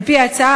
על-פי ההצעה,